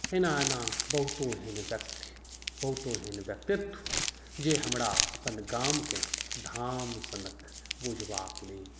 एना एना बहुतो एहन व्यक्ति बहुतो एहन व्यक्तित्व जे हमरा अपन गामकेँ धाम सनक बुझबाक लेल